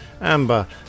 Amber